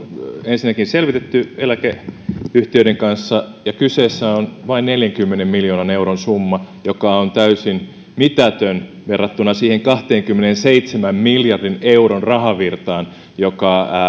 ensinnäkin selvitetty eläkeyhtiöiden kanssa ja kyseessä on vain neljänkymmenen miljoonan euron summa joka on täysin mitätön verrattuna siihen kahdenkymmenenseitsemän miljardin euron rahavirtaan joka